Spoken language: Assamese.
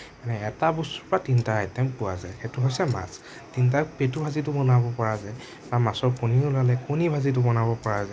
এটা বস্তুৰ পৰা তিনটা আইটেম পোৱা যায় সেইটো হৈছে মাছ তিনটা পেটু ভাজিটো বনাব পৰা যায় বা মাছৰ কণী ওলালে কণী ভাজিটো বনাব পৰা যায়